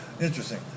Interesting